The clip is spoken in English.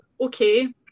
okay